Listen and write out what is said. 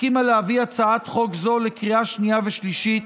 הסכימה להביא הצעת חוק זו לקריאה שנייה ושלישית